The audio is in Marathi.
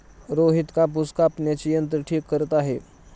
रोहित कापूस कापण्याचे यंत्र ठीक करत आहे